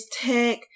tech